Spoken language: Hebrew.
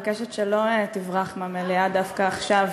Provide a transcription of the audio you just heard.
אני מבקשת שלא תברח מהמליאה דווקא עכשיו,